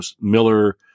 Miller